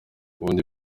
ubundi